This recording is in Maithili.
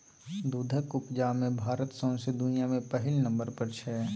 दुधक उपजा मे भारत सौंसे दुनियाँ मे पहिल नंबर पर छै